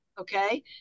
okay